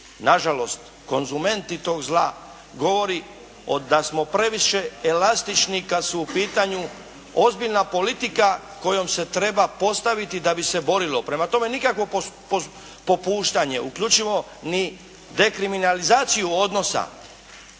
nažalost konzumenti tog zla govori da smo previše elastični kad su u pitanju ozbiljna politika kojom se treba postaviti da bi se borilo. Prema tome, nikakvo popuštanje uključivo ni dekriminalizaciju odnosa